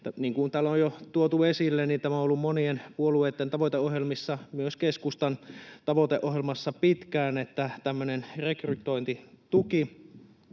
kuin täällä on jo tuotu esille, tämä on ollut monien puolueitten tavoiteohjelmissa, myös keskustan tavoiteohjelmassa pitkään — tämmöinen rekrytointituki